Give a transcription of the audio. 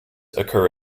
occur